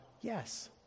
Yes